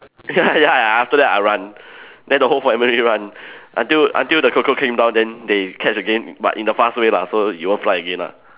ya ya after that I run then the whole family run until until the cockroach came down then they catch again but in the fast way lah so it won't fly again lah